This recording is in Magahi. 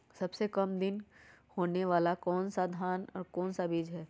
सबसे काम दिन होने वाला धान का कौन सा बीज हैँ?